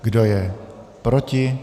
Kdo je proti?